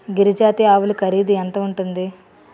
గిరి జాతి ఆవులు ఖరీదు ఎంత ఉంటుంది?